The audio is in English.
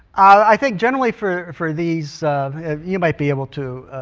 i think generally for for these you might be able to